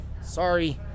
sorry